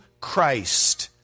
Christ